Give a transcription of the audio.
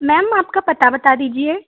ma'am आपका पता बता दीजिए